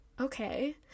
Okay